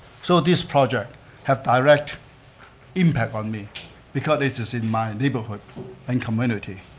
so this project have direct impact on me because it's it's in my neighborhood and community.